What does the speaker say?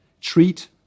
treat